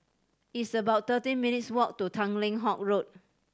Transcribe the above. it's about thirteen minutes' walk to Tanglin Halt Road